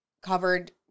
covered